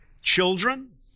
Children